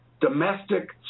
domestic